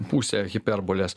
pusė hiperbolės